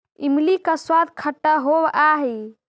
इमली का स्वाद खट्टा होवअ हई